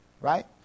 Right